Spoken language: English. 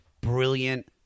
brilliant